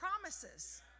promises